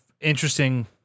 interesting